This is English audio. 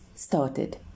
Started